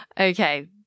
Okay